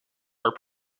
are